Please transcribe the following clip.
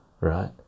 right